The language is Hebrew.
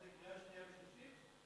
זה קריאה שנייה ושלישית?